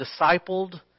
discipled